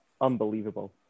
unbelievable